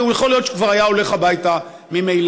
ויכול להיות שהוא כבר היה הולך הביתה ממילא.